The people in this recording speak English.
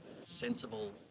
sensible